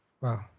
Wow